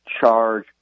charge